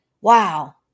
Wow